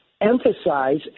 emphasize